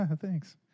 Thanks